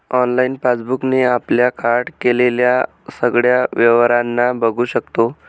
online passbook ने आपल्या card केलेल्या सगळ्या व्यवहारांना बघू शकतो